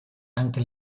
anche